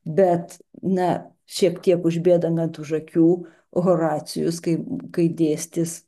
bet na šiek tiek užbėgant už akių horacijus kaip kai dėstys